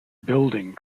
building